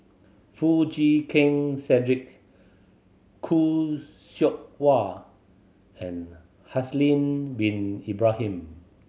Foo Chee Keng Cedric Khoo Seok Wan and Haslir Bin Ibrahim